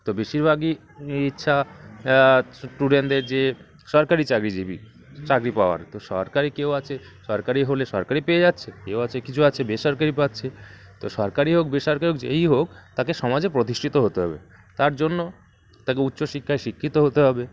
তো বেশিরভাগই ইচ্ছা স্টুডেন্টদের যে সরকারি চাকরিজীবী চাকরি পাওয়ার তো সরকারি কেউ আছে সরকারি হলে সরকারি পেয়ে যাচ্ছে কেউ আছে কিছু আছে বেসরকারি পাচ্ছে তো সরকারি হোক বেসরকারি হোক যেই হোক তাকে সমাজে প্রতিষ্ঠিত হতে হবে তার জন্য তাকে উচ্চশিক্ষায় শিক্ষিত হতে হবে